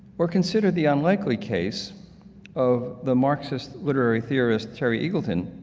or consider the unlikely case of the marxist literary theorist terry eagleton,